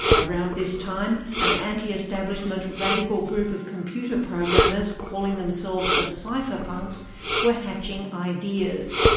around this time, an antiestablishment radical group of computer programmers calling themselves the cypherpunks were hatching ideas.